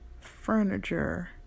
furniture